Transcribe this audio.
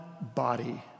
body